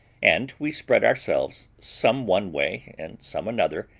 and we spread ourselves some one way and some another,